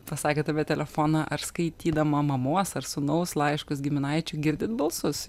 pasakėt apie telefoną ar skaitydama mamos ar sūnaus laiškus giminaičių girdit balsus